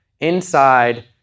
Inside